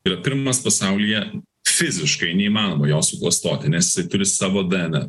yra pirmas pasaulyje fiziškai neįmanoma jo suklastoti nes jisai turi savo dnr